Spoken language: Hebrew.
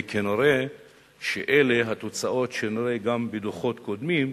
וכנראה אלה התוצאות שנראה גם בדוחות הבאים,